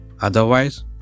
Otherwise